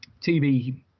TV